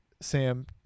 Sam